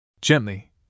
Gently